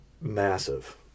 massive